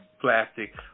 plastic